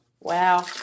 Wow